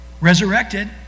resurrected